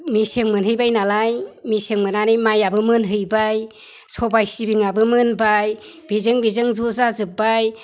मेसें मोनहैबाय नालाय मेसें मोननानै माइआबो मोनहैबाय सबाय सिबिङाबो मोनबाय बेजों बेजों ज' जाजोब्बाय